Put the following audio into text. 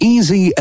Easy